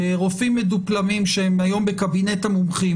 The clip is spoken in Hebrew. רופאים מדופלמים שהם היום בקבינט המומחים,